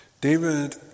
David